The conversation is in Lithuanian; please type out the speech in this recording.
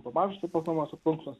tos mažosios vadinamosios plunksnos